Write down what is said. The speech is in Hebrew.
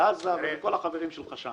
בעזה, בכל החברים שלך שם.